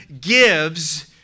gives